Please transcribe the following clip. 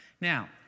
Now